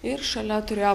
ir šalia turėjo